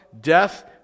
death